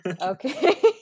Okay